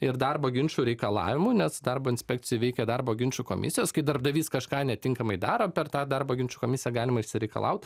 ir darbo ginčų reikalavimų nes darbo inspekcijai veikia darbo ginčų komisijos kai darbdavys kažką netinkamai daro per tą darbo ginčų komisiją galima išsireikalaut